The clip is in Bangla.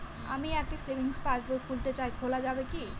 আমি একটি সেভিংস পাসবই খুলতে চাই খোলা যাবে কি?